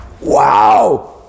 wow